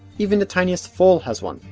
even the tiniest foal has one,